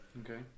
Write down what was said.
Okay